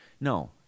No